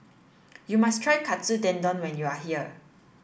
you must try Katsu Tendon when you are here